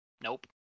Nope